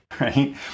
right